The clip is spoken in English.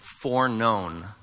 foreknown